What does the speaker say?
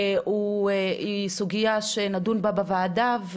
זו סוגיה שנדון בה בוועדה.